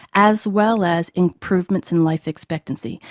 as well as improvements in life expectancy.